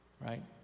right